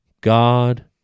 God